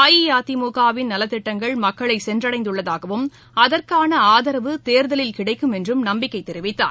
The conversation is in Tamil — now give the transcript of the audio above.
அஇஅதிமுகவின் நலத்திட்டங்கள் மக்களை சென்றடைந்துள்ளதாகவும் அதற்கான ஆதரவு தேர்தலில் கிடைக்கும் என்றும் நம்பிக்கை தெரிவித்தார்